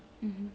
mmhmm